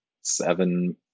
seven